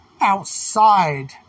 outside